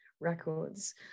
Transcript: records